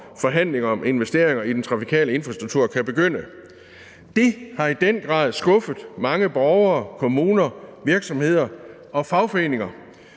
forhandlingerne om investeringer i den trafikale infrastruktur kan begynde. Det har i den grad skuffet mange borgere, kommuner, virksomheder og fagforeninger,